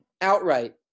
outright